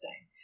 time